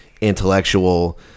intellectual